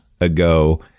ago